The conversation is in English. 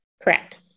Correct